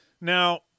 now